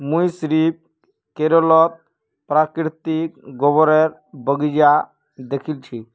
मुई सिर्फ केरलत प्राकृतिक रबरेर बगीचा दखिल छि